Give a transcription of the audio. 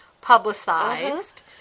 publicized